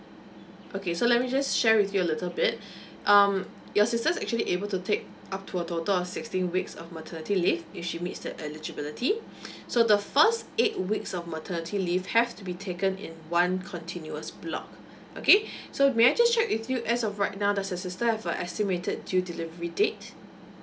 okay so let me just share with you a little bit um your sister is actually able to take up to a total of sixteen weeks of maternity leave if she meets the eligibility so the first eight weeks of maternity leave have to be taken in one continuous block okay so may I just check with you as of right now does your sister have a estimated due delivery date